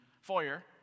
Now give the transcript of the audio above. foyer